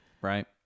right